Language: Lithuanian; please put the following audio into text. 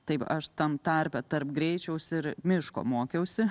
taip aš tam tarpe tarp greičiaus ir miško mokiausi